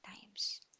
times